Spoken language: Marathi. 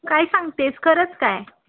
काय सांगतेस खरंच काय